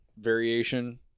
variation